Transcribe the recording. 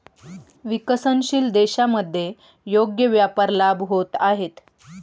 विकसनशील देशांमध्ये योग्य व्यापार लाभ होत आहेत